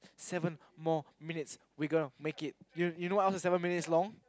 seven more minutes we gonna make it you you know what else is seven minutes long